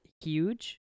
huge